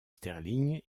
sterling